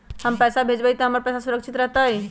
हम पैसा भेजबई तो हमर पैसा सुरक्षित रहतई?